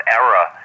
error